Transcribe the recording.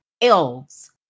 elves